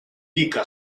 pica